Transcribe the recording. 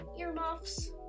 earmuffs